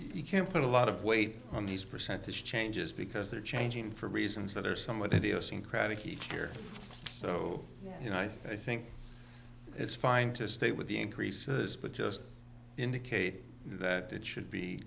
you can't put a lot of weight on these percentage changes because they're changing for reasons that are somewhat idiosyncratic each year so you know i think it's fine to stay with the increases but just indicate that it should be